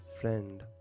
friend